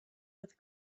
with